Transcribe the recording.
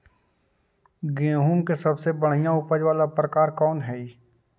गेंहूम के सबसे बढ़िया उपज वाला प्रकार कौन हई?